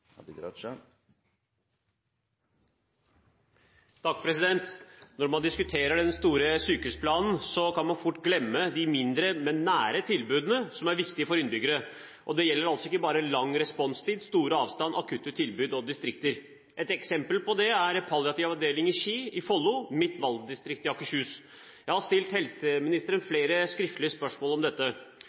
Abid Q. Raja – til oppfølgingsspørsmål. Når man diskuterer den store sykehusplanen, kan man fort glemme de mindre, men nære tilbudene, som er viktige for innbyggerne. Det gjelder ikke bare lang responstid, store avstander, akuttilbudet og distrikter. Et eksempel på det er Palliativ avdeling i Ski i Follo – mitt valgdistrikt i Akershus. Jeg har stilt helseministeren flere skriftlige spørsmål om dette.